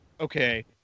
okay